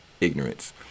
ignorance